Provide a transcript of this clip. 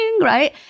right